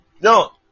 No